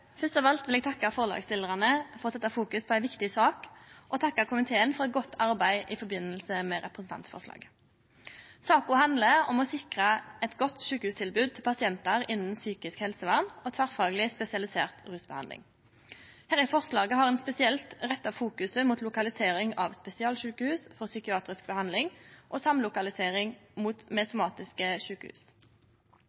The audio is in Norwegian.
Fyrst av alt vil eg takke forslagsstillarane for å fokusere på ei viktig sak og takke komiteen for eit godt arbeid i samband med representantforslaget. Saka handlar om å sikre eit godt sjukehustilbod til pasientar innan psykisk helsevern og tverrfagleg spesialisert rusbehandling. I dette forslaget har ein spesielt fokusert på lokalisering av spesialsjukehus for psykiatrisk behandling og samlokalisering med